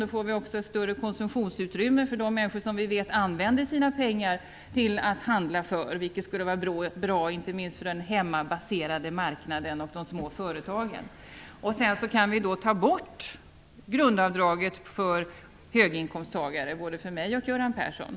Då får vi också ett större konsumtionsutrymme för de människor som vi vet använder sina pengar till att handla för, vilket skulle vara bra inte minst för den hemmabaserade marknaden och de små företagen. Sedan kan vi ta bort grundavdraget för höginkomsttagare, både för mig och Göran Persson.